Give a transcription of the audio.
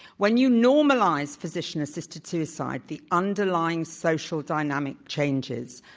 when you normalize physician-assisted suicide, the underlying social dynamic changes.